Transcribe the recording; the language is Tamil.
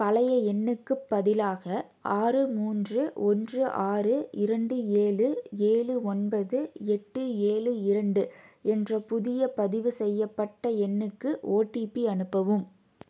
பழைய எண்ணுக்குப் பதிலாக ஆறு மூன்று ஒன்று ஆறு இரண்டு ஏழு ஏழு ஒன்பது எட்டு ஏழு இரண்டு என்ற புதிய பதிவு செய்ய பட்ட எண்ணுக்கு ஓடிபி அனுப்பவும்